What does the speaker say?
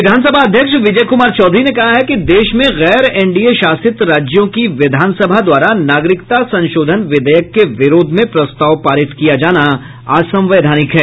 विधानसभा अध्यक्ष विजय कुमार चौधरी ने कहा है कि देश में गैर एनडीए शासित राज्यों की विधानसभा द्वारा नागरिकता संशोधन विधेयक के विरोध में प्रस्ताव पारित किया जाना असंवैधानिक है